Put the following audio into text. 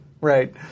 Right